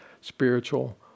spiritual